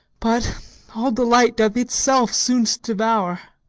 but all delight doth itself soon'st devour.